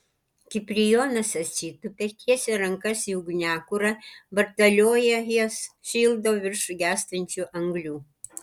kiprijonas atsitupia tiesia rankas į ugniakurą vartalioja jas šildo virš gęstančių anglių